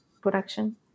production